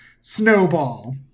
snowball